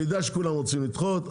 אני יודע שכולם רוצים לדחות.